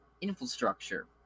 infrastructure